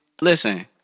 Listen